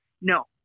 No